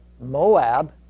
Moab